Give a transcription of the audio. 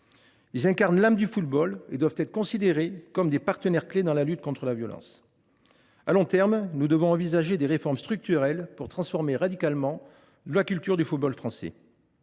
Ils incarnent l’âme du football et doivent être considérés comme des partenaires clés dans la lutte contre la violence. À long terme, nous devons envisager des réformes structurelles pour transformer radicalement la culture du football français.